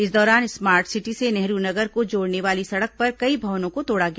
इस दौरान smart city से नेहरू नगर को जोड़ने वाली सड़क पर कई भवनों को तोड़ा गया